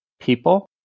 people